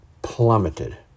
plummeted